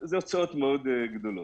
הן הוצאות גדולות מאוד.